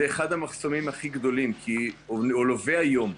זה אחד המחסומים הכי גדולים כי הוא לווה היום.